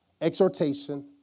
exhortation